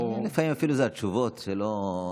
לפעמים זה אפילו התשובות שלא,